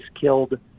killed